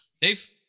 Dave